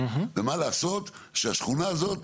ומה לעשות שהשכונה הזאת היום,